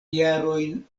jarojn